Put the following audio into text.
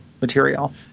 material